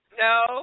No